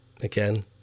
again